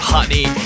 Honey